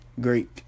great